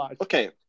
okay